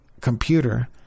computer